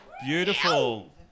Beautiful